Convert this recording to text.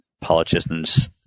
politicians